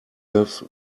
live